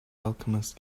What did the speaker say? alchemist